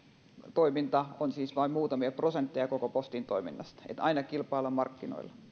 toiminta on siis vain muutamia prosentteja koko postin toiminnasta eli aina kilpaillaan markkinoilla